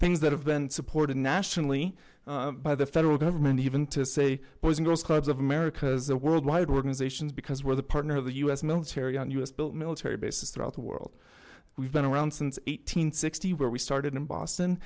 things that have been supported nationally by the federal government even to say boys and girls clubs of america is a worldwide organization because we're the partner of the u s military and u s built military bases throughout the world we've been around since eight hundred sixty where we started in boston